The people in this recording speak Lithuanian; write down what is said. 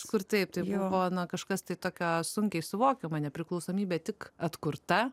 kažkur taip tai buvo na kažkas tai ką sunkiai suvokiam nepriklausomybė tik atkurta